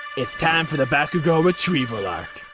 it's time for the bakugan retrieval arc.